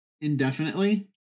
indefinitely